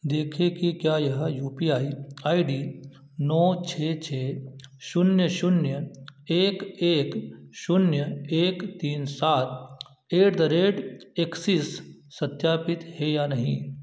देखें कि क्या यह U P I I D नौ छ छ शून्य शून्य एक एक शून्य एक तीन सात एट द रेट एक्सिस सत्यापित है या नहीं